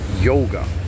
yoga